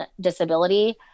disability